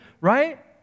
right